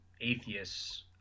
atheists